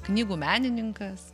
knygų menininkas